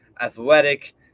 athletic